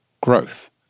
growth